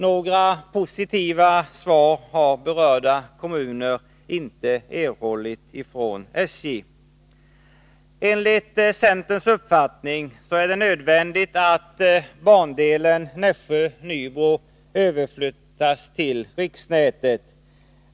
Några positiva svar har berörda kommuner inte erhållit från SJ. Enligt centerns uppfattning är det nödvändigt att bandelen Nässjö-Nybro överflyttas till riksnätet.